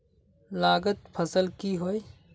लागत फसल की होय?